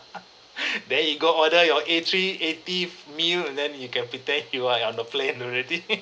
then you go order your A three eighty f~ meal and then you can pretend you are on the plane already